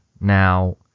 Now